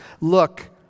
Look